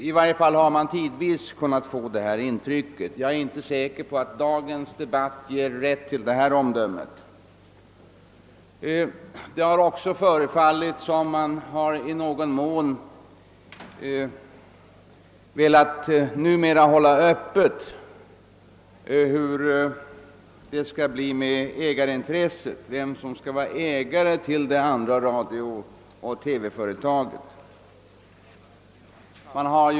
I varje fall har man tidvis kunnat få detta intryck; jag är inte säker på att dagens debatt ger anledning att fälla liknande omdöme. Det förefaller också som om de numera i någon mån vill hålla frågan Ööppen om vem som skall vara ägare till det andra radiooch TV-företaget.